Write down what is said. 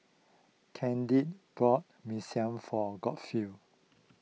Kendrick bought Mee Sua for Godfrey